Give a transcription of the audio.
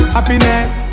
Happiness